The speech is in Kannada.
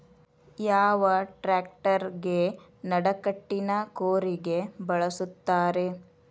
ಯಾವ ಟ್ರ್ಯಾಕ್ಟರಗೆ ನಡಕಟ್ಟಿನ ಕೂರಿಗೆ ಬಳಸುತ್ತಾರೆ?